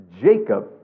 Jacob